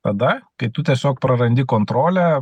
tada kai tu tiesiog prarandi kontrolę